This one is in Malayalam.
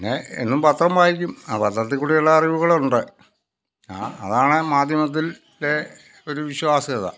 പിന്നെ എന്നും പത്രം വായിക്കും ആ പത്രത്തിൽ കൂടെയുള്ള അറിവുകളുണ്ട് ആ അതാണ് മാധ്യമത്തിലെ ഒരു വിശ്വാസ്യത